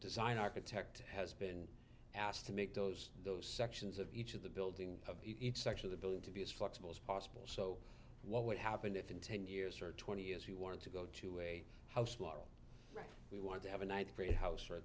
design architect has been asked to make those those sections of each of the building of each section of the building to be as flexible as possible so what would happen if in ten years or twenty years we wanted to go to a house model right we want to have a nice pretty house or a